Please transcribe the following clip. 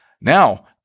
Now